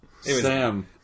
Sam